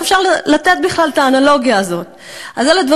איך אפשר לתת בכלל את האנלוגיה הזאת?